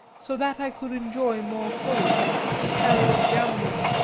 so that i could enjoy more fully the aerial gambolling.